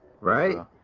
right